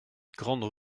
grande